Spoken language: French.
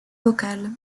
vocale